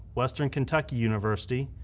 western kentucky university,